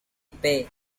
pay